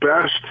best